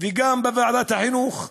וגם בוועדת החינוך.